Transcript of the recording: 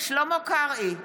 שלמה קרעי,